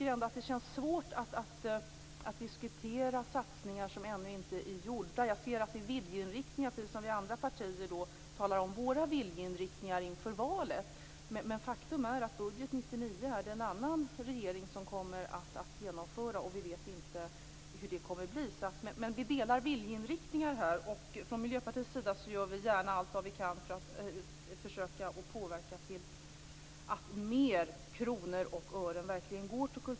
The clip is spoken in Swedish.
Det känns svårt att diskutera satsningar som ännu inte gjorts. Jag ser bara viljeinriktningar, precis sådana som vi andra partier talar om inför valet. Faktum är dock att det är en annan regering som kommer att genomföra budgeten för 1999. Men vi delar viljeinriktningar, och från Miljöpartiets sida gör vi gärna allt vi kan för att försöka påverka så att fler kronor och ören verkligen går till kultur.